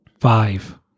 Five